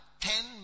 ten